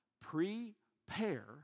Prepare